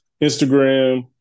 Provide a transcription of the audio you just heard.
Instagram